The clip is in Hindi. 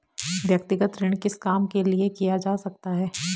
व्यक्तिगत ऋण किस काम के लिए किया जा सकता है?